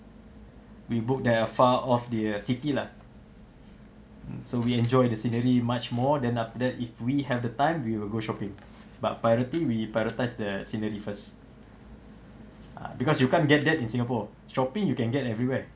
we book that are far off the city lah mm so we enjoy the scenery much more than after that if we have the time we will go shopping but priority we prioritise the scenery first ah because you can't get that in singapore shopping you can get everywhere